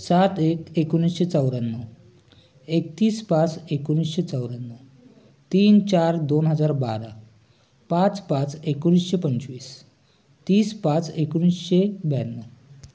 सात एक एकोणीसशे चौऱ्याण्णव एकतीस पाच एकोणीसशे चौऱ्याण्णव तीन चार दोन हजार बारा पाच पाच एकोणीसशे पंचवीस तीस पाच एकोणीसशे ब्याण्णव